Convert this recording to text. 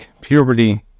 puberty